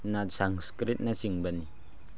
ꯅꯠ ꯁꯪꯁꯀ꯭ꯔꯤꯠꯅꯆꯤꯡꯕꯅꯤ